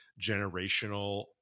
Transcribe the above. generational